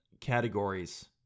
categories